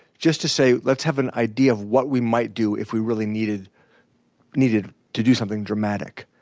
just to say let's have an idea of what we might do if we really needed needed to do something dramatic.